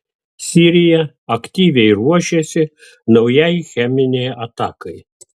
sirija aktyviai ruošėsi naujai cheminei atakai